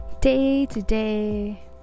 day-to-day